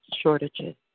shortages